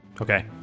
Okay